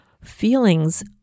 Feelings